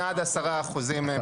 8-10% הם אזרחים.